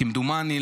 כמדומני,